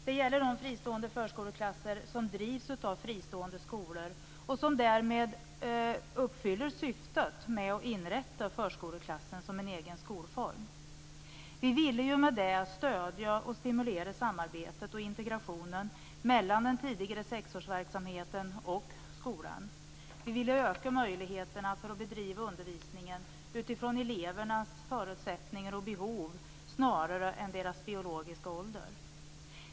Det gäller de fristående förskoleklasser som drivs av fristående skolor och som därmed uppfyller syftet med att inrätta förskoleklass som egen skolform. Vi vill med det stödja och stimulera samarbetet och integrationen mellan den tidigare sexårsverksamheten och skolan. Vi vill öka möjligheterna att bedriva undervisningen utifrån elevernas förutsättningar och behov snarare än deras biologiska ålder.